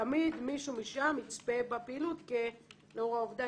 תמיד מישהו משם יצפה בפעילות לאור העובדה